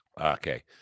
Okay